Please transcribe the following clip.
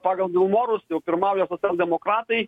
pagal vilmorus jau pirmauja socialdemokratai